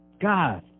God